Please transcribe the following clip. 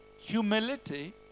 humility